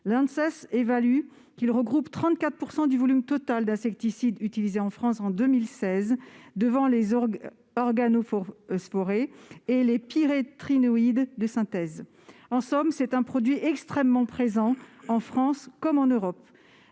L'Anses évalue qu'ils constitueraient 34 % du volume total des insecticides utilisés en France en 2016 devant les organophosphorés et les pyréthrinoïdes de synthèse. En somme, il s'agit de produits extrêmement présents en France comme en Europe.